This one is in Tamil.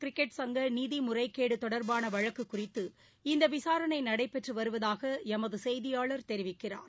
கிரிக்கெட் சங்கநிதிமுறைகேடுதொடர்பானவழக்குகுறித்து ஜம்ம கஷ்மீர் இந்தவிசாரணைநடைபெற்றுவருவதாகஎமதுசெய்தியாளர் தெரிவிக்கிறார்